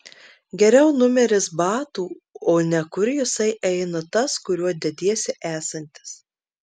geriau numeris batų o ne kur jisai eina tas kuriuo dediesi esantis